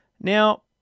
Now